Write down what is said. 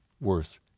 worth